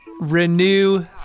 renew